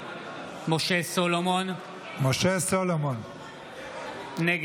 משה סולומון, נגד